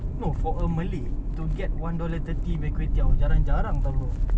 no for a malay to get one dollar thirty punya kway teow jarang-jarang [tau] bro